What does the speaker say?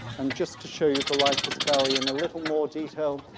and just to show you the lycus valley in a little more detail,